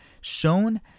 shown